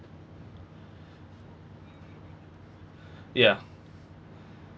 ya